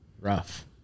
Rough